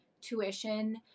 tuition